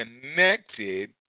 connected